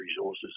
resources